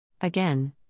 Again